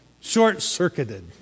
Short-circuited